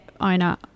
owner